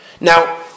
Now